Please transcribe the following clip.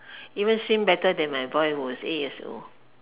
even swim better than my boy who is eight years old